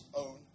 own